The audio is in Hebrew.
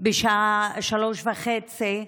בשעה 3:30,